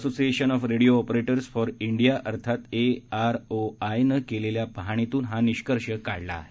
association of radio operators for India अर्थात A R O I ने केलेल्या पाहणीतून हा निष्कर्ष काढला आहे